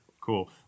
Cool